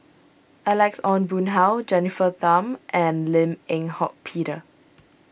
Alex Ong Boon Hau Jennifer Tham and Lim Eng Hock Peter